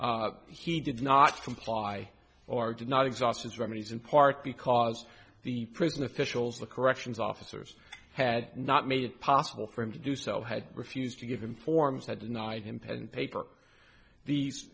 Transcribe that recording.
he did not comply or did not exhaust his remedies in part because the prison officials the corrections officers had not made it possible for him to do so had refused to give him forms had denied him pen and paper